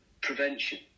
prevention